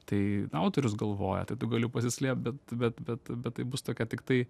tai autorius galvoja tai tu gali pasislėpt bet bet bet bet tai bus tokia tiktai